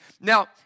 Now